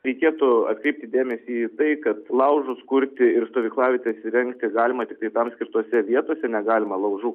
reikėtų atkreipti dėmesį į tai kad laužus kurti ir stovyklavietes įrengti galima tiktai tam skirtose vietose negalima laužų